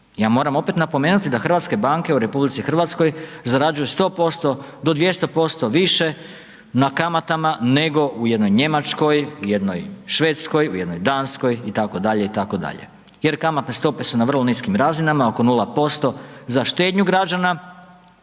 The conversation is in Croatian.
Ja moram opet napomenuti da hrvatske banke u RH zarađuju 100% do 200% više na kamatama nego u jednoj Njemačkoj, u jednoj Švedskoj, u jednoj Danskoj itd., itd. jer kamatne stope su na vrlo niskim razinama, oko 0% za štednju građana,